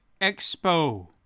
Expo